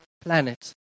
planet